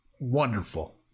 Wonderful